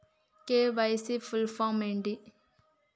KYC full form ఏంటి?